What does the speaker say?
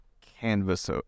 canvas